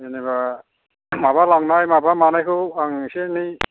जेनेबा माबा लांनाय माबा मानायखौ आं एसे एनै